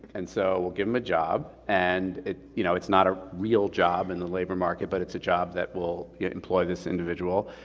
and so, we'll give them a job and you know it's not a real job in the labor market, but it's a job that will employ this individual.